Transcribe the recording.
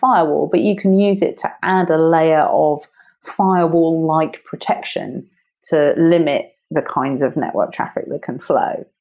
firewall, but you can use it to add a layer of firewall-like and like protection to limit the kinds of network traffic that can flow,